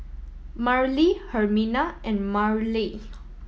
Marely Hermina and Marely